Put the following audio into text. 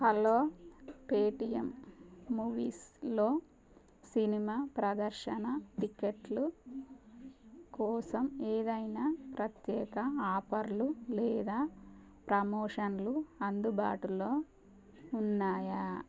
hello Paytm movies లో cinema ప్రదర్శన టిక్కెట్లు కోసం ఏదైనా ప్రత్యేక ఆఫర్లు లేదా ప్రమోషన్లు అందుబాటులో ఉన్నాయా